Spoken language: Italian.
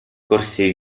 corse